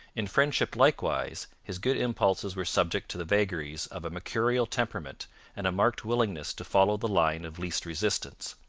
in friendship likewise his good impulses were subject to the vagaries of a mercurial temperament and a marked willingness to follow the line of least resistance.